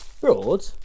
Broad